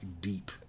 deep